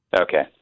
Okay